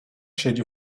siedzi